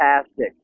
fantastic